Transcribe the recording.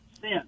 sin